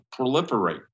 proliferate